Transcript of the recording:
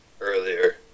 earlier